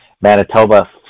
Manitoba